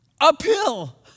uphill